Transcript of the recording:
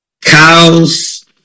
cows